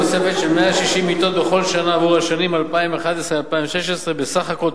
תוספת של 160 מיטות בכל שנה עבור שנים 2011 2016. בסך הכול,